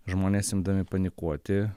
žmonės imdami panikuoti